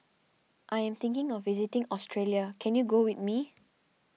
I am thinking of visiting Australia can you go with me